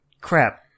crap